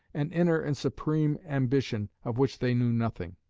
an inner and supreme ambition, of which they knew nothing.